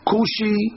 Kushi